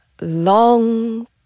long